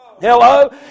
Hello